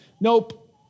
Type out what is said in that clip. Nope